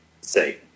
say